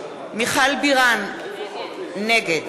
מיכל בירן, נגד